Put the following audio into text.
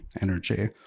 energy